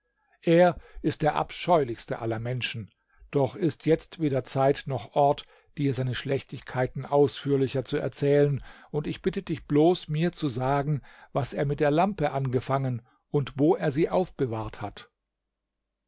er ist der abscheulichste aller menschen doch ist jetzt weder zeit noch ort dir seine schlechtigkeiten ausführlicher zu erzählen und ich bitte dich bloß mir zu sagen was er mit der lampe angefangen und wo er sie aufbewart hat